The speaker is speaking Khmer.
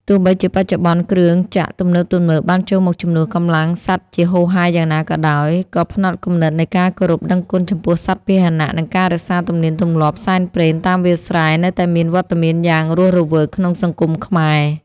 ទោះបីជាបច្ចុប្បន្ន គ្រឿងចក្រទំនើបៗបានចូលមកជំនួសកម្លាំងសត្វជាហូរហែយ៉ាងណាក៏ដោយ ក៏ផ្នត់គំនិតនៃការគោរពដឹងគុណចំពោះសត្វពាហនៈ និងការរក្សាទំនៀមទម្លាប់សែនព្រេនតាមវាលស្រែនៅតែមានវត្តមានយ៉ាងរស់រវើកក្នុងសង្គមខ្មែរ។